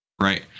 Right